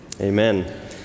Amen